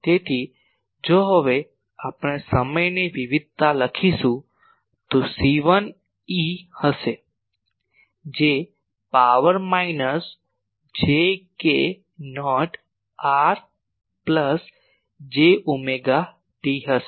તેથી જો હવે આપણે સમયની વિવિધતા લખીશું તો તે C1 e હશે જે power minus j k naught r plus j omega t હશે